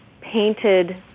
painted